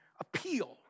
appeal